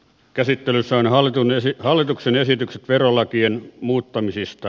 käsittelyssä on hallituksen esitykset verolakien muuttamisista